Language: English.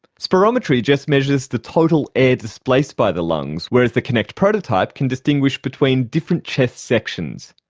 spirometry just measures the total air displaced by the lungs, whereas the kinect prototype can distinguish between different chest sections.